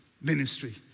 ministry